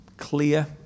clear